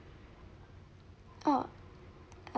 orh